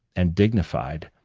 and dignified,